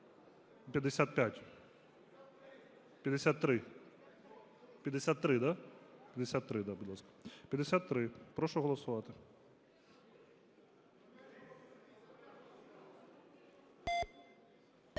55? 53, да? 53, да, будь ласка. 53. Прошу голосувати.